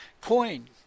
coin